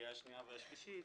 בקריאה השנייה והשלישית,